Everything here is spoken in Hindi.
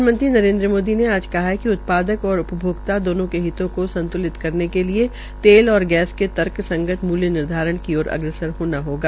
प्रधानमंत्री नरेन्द्र मोदी ने आज कहा है कि उत्पादक और उपभोक्ता दोनों के हितों को संतुलित करने के लिये तेल और गैस के जिम्मेदार मुल्य निर्धारण की ओर अग्रसर होना होगा